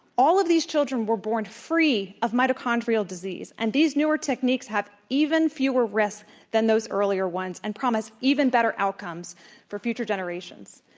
all of these children were born free of mitochondrial disease. and these newer techniques have even fewer risks than those earlier ones and promise even better outcomes for future generations.